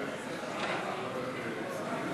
אדוני היושב-ראש,